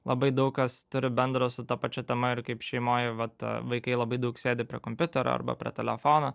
labai daug kas turi bendro su ta pačia tema ir kaip šeimoj vat vaikai labai daug sėdi prie kompiuterio arba prie telefono